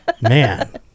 Man